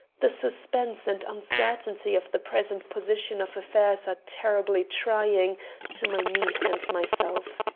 the suspense and uncertainty of the present position of affairs are terribly trying to my niece and myself.